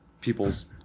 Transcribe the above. people's